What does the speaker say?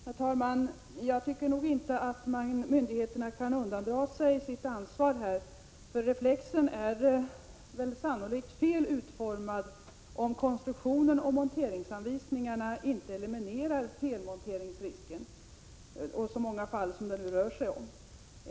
Herr talman! Jag tycker inte att myndigheterna kan undandra sig sitt ansvar i detta sammanhang, eftersom reflexen sannolikt är felaktigt utformad, om konstruktionen och monteringsanvisningarna inte eliminerar felmonteringsrisken. Det rör sig ju nu om många fall.